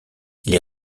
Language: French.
les